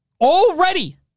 Already